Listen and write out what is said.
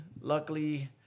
Luckily